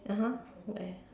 (uh huh) where